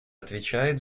отвечает